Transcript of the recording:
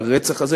לרצח הזה,